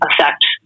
affect